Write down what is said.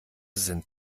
sind